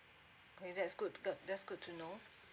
okay that's good that's good to know